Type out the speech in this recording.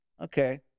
Okay